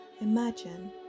Imagine